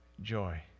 joy